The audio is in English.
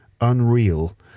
unreal